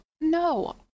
no